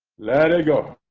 let it go